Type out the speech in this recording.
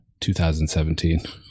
2017